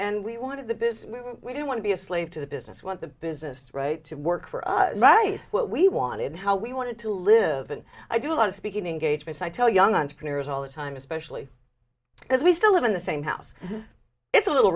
and we wanted the business we do want to be a slave to the business what the business right to work for us rice what we wanted how we wanted to live and i do a lot of speaking engagements i tell young entrepreneurs all the time especially as we still live in the same house it's a little